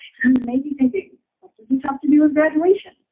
you may be thinking, what does this have to do with graduation?